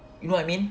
you know what I mean